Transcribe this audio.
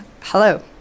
hello